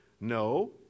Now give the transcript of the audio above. No